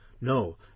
No